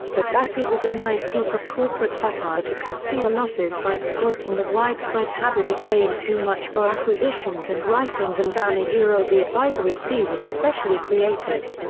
but that it was a nice piece of corporate satire to conceal losses by exploiting the widespread habit of paying too much for acquisitions and writing them down yeah the advisory fee was especially creative.